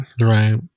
Right